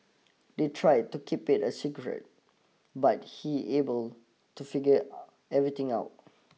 they tried to keep it a secret but he able to figure everything out